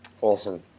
Awesome